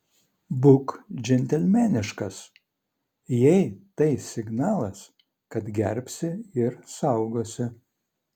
būk džentelmeniškas jai tai signalas kad gerbsi ir saugosi